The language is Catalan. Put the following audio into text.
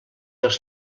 els